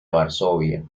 varsovia